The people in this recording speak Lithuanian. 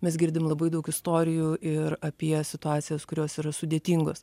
mes girdim labai daug istorijų ir apie situacijas kurios yra sudėtingos